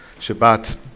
Shabbat